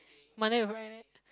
Monday to Friday